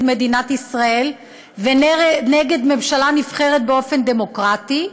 מדינת ישראל ונגד ממשלה נבחרת באופן דמוקרטי,